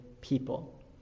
people